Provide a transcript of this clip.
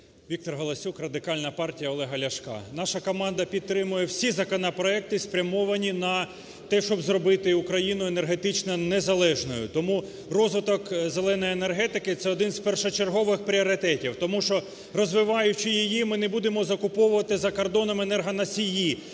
Віктор Галасюк, Радикальна партія Олега Ляшка. Наша команда підтримує всі законопроекти, спрямовані на те, щоб зробити Україну енергетично незалежною. Тому розвиток "зеленої" енергетики – це один з першочергових пріоритетів, тому що, розвиваючи її, ми не будемо закуповувати за кордоном енергоносії,